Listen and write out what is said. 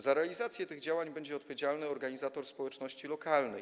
Za realizację tych działań będzie odpowiedzialny organizator społeczności lokalnej.